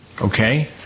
Okay